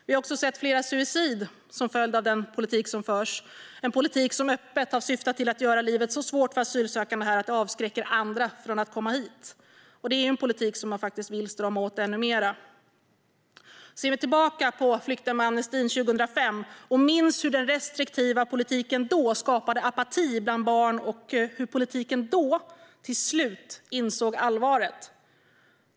Vi har också sett flera suicid som följd av den politik som förs - en politik som öppet har syftat till att göra livet så svårt för asylsökande här att det avskräcker andra från att komma hit. Och det är en politik som man faktiskt vill strama åt ännu mer. Vi kan se tillbaka på flyktingamnestin 2005 och minnas hur den restriktiva politiken då skapade apati bland barn och hur politiker till slut insåg allvaret.